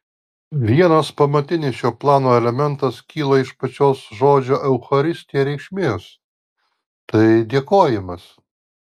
vienas pamatinis šio plano elementas kyla iš pačios žodžio eucharistija reikšmės tai dėkojimas